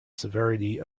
severity